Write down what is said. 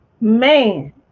Man